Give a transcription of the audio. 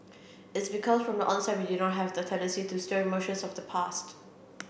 it's because from the onset we did not have the tendency to stir emotions of the past